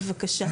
בבקשה,